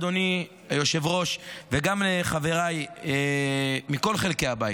אדוני היושב-ראש וגם חבריי מכל חלקי הבית: